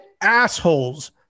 assholes